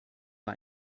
war